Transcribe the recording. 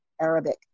Arabic